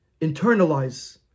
internalize